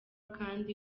kandi